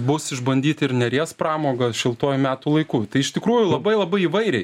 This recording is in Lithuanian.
bus išbandyti ir neries pramogos šiltuoju metų laiku tai iš tikrųjų labai labai įvairiai